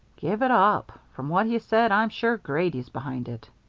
give it up. from what he said, i'm sure grady's behind it.